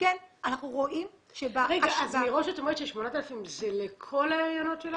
אז מראש את אומרת ש-8,000 זה לכל ההריונות?